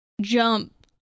jump